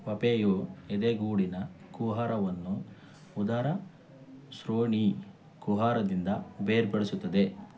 ವಪೆಯು ಎದೆಗೂಡಿನ ಕುಹರವನ್ನು ಉದರ ಶ್ರೋಣಿ ಕುಹರದಿಂದ ಬೇರ್ಪಡಿಸುತ್ತದೆ